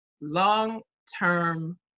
long-term